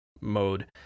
mode